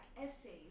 essays